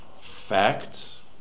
facts